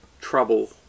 trouble